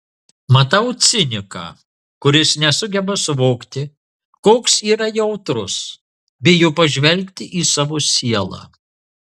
matau ciniką kuris nesugeba suvokti koks yra jautrus bijo pažvelgti į savo sielą